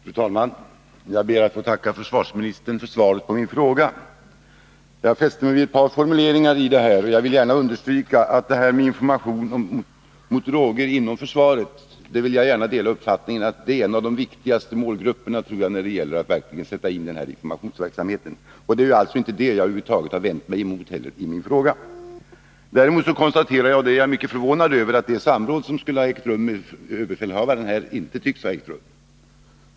Fru talman! Jag ber att få tacka försvarsministern för svaret på min fråga. Jag har fäst mig vid ett par formuleringar i svaret. Jag delar uppfattningen att försvaret är en av de viktigaste målgrupperna när det gäller information om droger, och det är inte mot detta jag har vänt mig i min fråga. Däremot konstaterar jag med förvåning att det samråd som skulle ha ägt rum med överbefälhavaren inte tycks ha ägt rum.